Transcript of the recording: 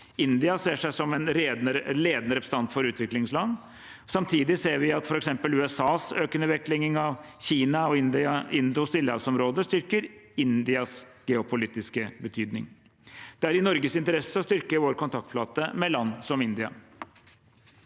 India ser seg som en ledende representant for utviklingsland. Samtidig ser vi at f.eks. USAs økende vektlegging av Kina og Indo-Stillehavsområdet styrker Indias geopolitiske betydning. Det er i Norges interesse å styrke vår kontaktflate med land som India.